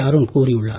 அருண் கூறியுள்ளார்